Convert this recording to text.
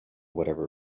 whatever